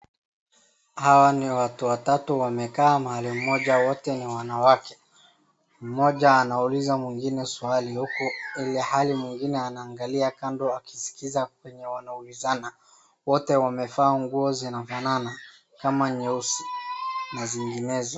Hawa ni watu watatu wamekaa mahali moja na wote ni wanawake. Mmoja anauliza mwingine swali huku ilhali mwingine anaangalia kando akiskiza kenye wanaulizana. Wote wamevaa nguo zinafanana kama nyeusi na zinginezo.